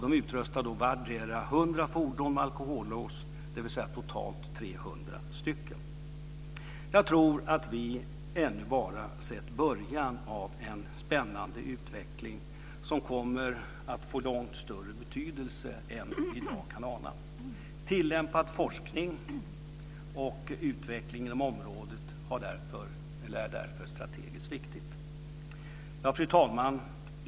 De utrustar vardera Jag tror att vi ännu bara sett början av en spännande utveckling som kommer att få långt större betydelse än vad vi i dag kan ana. Tillämpad forskning och utveckling inom området är därför strategiskt viktigt. Fru talman!